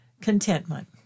contentment